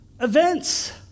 events